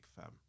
fam